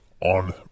on